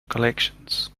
collections